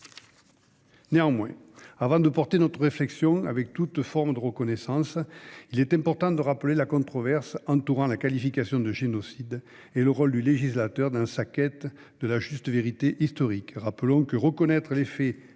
Néanmoins, avant de porter notre réflexion vers toute forme de reconnaissance, il est important de rappeler la controverse entourant la qualification de génocide et le rôle du législateur dans sa quête de la juste vérité historique. Rappelons que reconnaître des faits